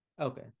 Okay